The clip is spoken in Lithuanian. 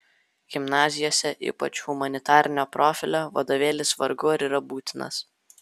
gimnazijose ypač humanitarinio profilio vadovėlis vargu ar yra būtinas